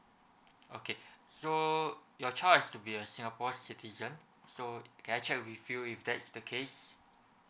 okay so your child has to be a singapore citizen so can I check with you if that is the case